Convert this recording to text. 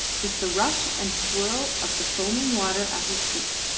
with the rush and swirl of the foaming water at his feet.